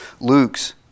Lukes